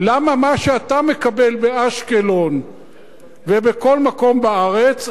למה מה שאתה מקבל באשקלון ובכל מקום בארץ,